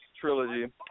trilogy